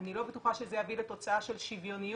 אני לא בטוחה שזה יביא לתוצאה של שוויוניות